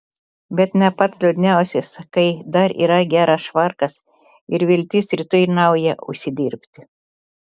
bet ne pats liūdniausias kai dar yra geras švarkas ir viltis rytoj naują užsidirbti